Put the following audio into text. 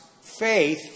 faith